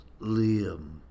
Liam